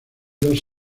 dos